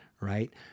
Right